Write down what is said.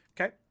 Okay